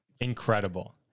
Incredible